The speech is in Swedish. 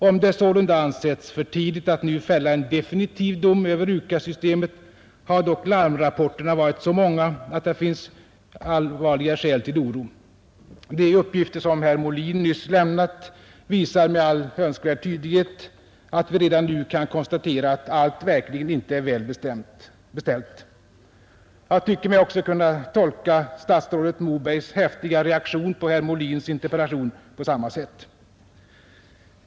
Om det sålunda ansetts för tidigt att nu fälla en definitiv dom över UKAS-systemet, har dock larmrapporterna varit så många, att det finns allvarliga skäl till oro. De uppgifter som herr Molin nyss lämnat visar med all önskvärd tydlighet att vi redan nu kan konstatera att allt verkligen inte är väl beställt. Jag tycker mig också kunna tolka statsrådet Mobergs häftiga reaktion på herr Molins interpellation på samma sätt.